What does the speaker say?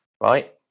Right